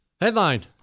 Headline